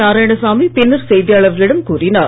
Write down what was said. நாராயணசாமி பின்னர் செய்தியாளர்களிடம் கூறினார்